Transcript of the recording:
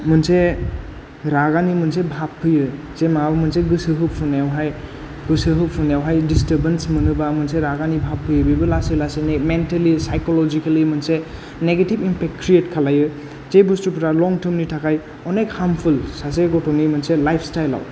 मोनसे रागानि मोनसे भाब फैयो जे माबा मोनसे गोसो होफुंनायावहाय गोसो होफुंनायावहाय दिस्टार्बेन्स मोनोबा मोनसे रागानि भाब फैयो बेबो लासै लासैनो मेन्टेलि सायक'लजिकलि मोनसे नेगेटिभ एम्पेक्ट क्रियेट खालायो जे बुस्थुफोरा लं टार्मनि थाखाय अनेख हार्मफुल सासे गथ'नि मोनसे लायफस्टाईलाव